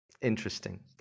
Interesting